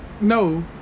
No